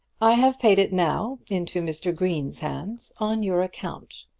i have paid it now into mr. green's hands on your account,